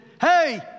hey